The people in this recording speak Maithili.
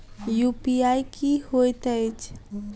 यु.पी.आई की होइत अछि